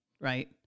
right